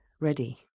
ready